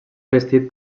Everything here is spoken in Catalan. vestit